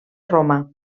roma